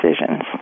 decisions